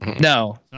no